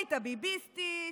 רונית הביביסטית,